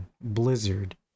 Blizzard